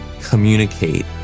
communicate